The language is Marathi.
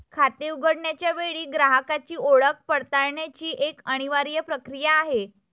खाते उघडण्याच्या वेळी ग्राहकाची ओळख पडताळण्याची एक अनिवार्य प्रक्रिया आहे